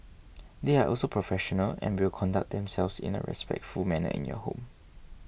they are also professional and will conduct themselves in a respectful manner in your home